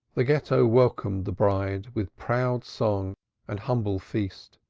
the ghetto welcomed the bride with proud song and humble feast,